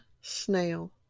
snail